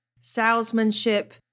salesmanship